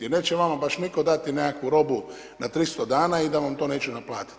Neće vama baš nitko dati nekakvu robu na 300 dana i da vam to neće naplatiti.